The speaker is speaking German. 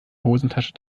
hosentasche